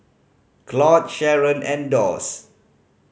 Claud Sheron and Doss